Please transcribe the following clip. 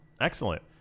excellent